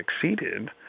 succeeded